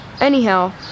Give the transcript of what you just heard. Anyhow